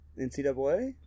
NCAA